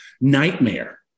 nightmare